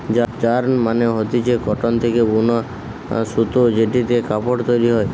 yarn মানে হতিছে cotton থেকে বুনা সুতো জেটিতে কাপড় তৈরী হয়